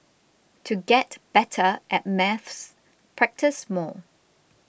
to get better at maths practise more